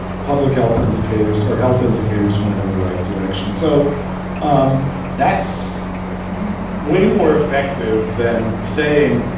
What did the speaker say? public health indicators or health indicators went in the right direction. so um that's way more effective than saying,